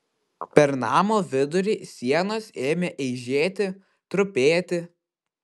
per namo vidurį sienos ėmė eižėti trupėti